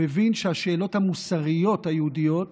הוא הבין שהשאלות המוסריות היהודיות